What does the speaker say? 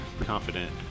confident